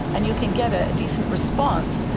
and you can get a decent response.